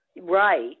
Right